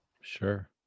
Sure